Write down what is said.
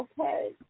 Okay